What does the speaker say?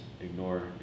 ignore